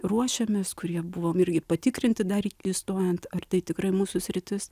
ruošėmės kurie buvom irgi patikrinti dar įstojant ar tai tikrai mūsų sritis